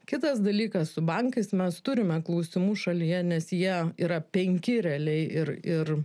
kitas dalykas su bankais mes turime klausimų šalyje nes jie yra penki realiai ir ir